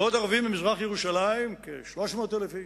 ועוד ערבים ממזרח-ירושלים, כ-300,000 איש,